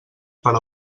per